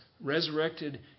resurrected